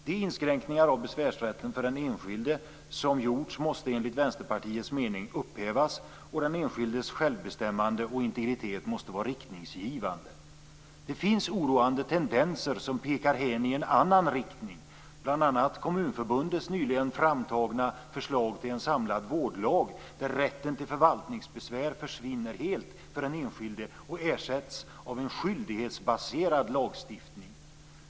De inskränkningar av besvärsrätten som gjorts för den enskilde måste, enligt Vänsterpartiets mening, upphävas. Den enskildes självbestämmande och integritet måste vara riktningsgivande. Det finns oroande tendenser som pekar hän i en annan riktning, bl.a. Kommunförbundets nyligen framtagna förslag till samlad vårdlag där rätten till förvaltningsbesvär försvinner helt för den enskilde och ersätts av en skyldighetsbaserad lagstiftning.